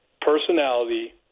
personality